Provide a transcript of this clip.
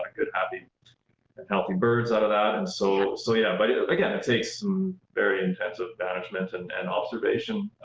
good, happy healthy birds out of that. and so, so yeah, but again, it takes some very intensive management and and observation